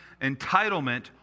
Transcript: entitlement